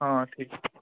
हँ ठीक